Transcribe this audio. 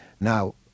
Now